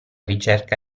ricerca